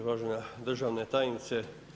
Uvažena državna tajnice.